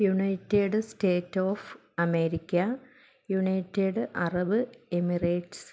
United States of America United Arab Emirates